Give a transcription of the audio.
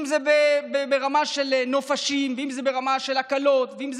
אם זה ברמה של נופשים ואם זה ברמה של הקלות ואם זה